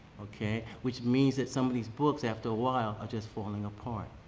okay. which means that some of these books after awhile are just falling apart.